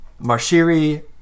Marshiri